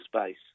space